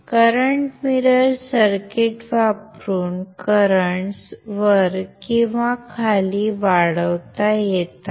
current mirror circuit वापरून currents वर किंवा खाली वाढवता येतात